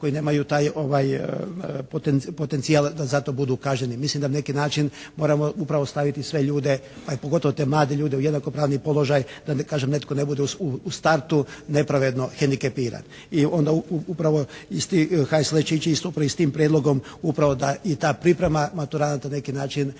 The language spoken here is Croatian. koji nemaju taj potencijal da za to budu kažnjeni. Mislim da na neki način moramo upravo staviti sve ljude pa i pogotovo te mlade ljude u jednako pravni položaj, da ne kažem netko ne bude u startu nepravedno hendikepiram. I onda upravo HSLS će ići s tim prijedlogom upravo da i ta priprema maturanata na neki način